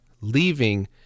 leaving